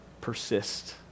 Persist